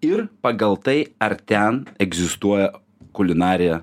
ir pagal tai ar ten egzistuoja kulinarija